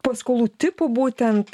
paskolų tipų būtent